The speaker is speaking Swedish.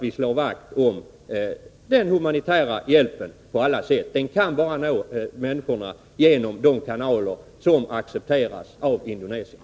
Vi slår vakt om den humanitära hjälpen på alla sätt, och den kan nå människorna bara genom de kanaler som accepteras av Indonesien.